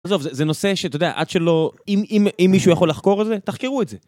עזוב, זה נושא שאתה יודע, עד שלא, אם, אם, אם מישהו יכול לחקור את זה, תחקרו את זה.